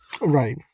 Right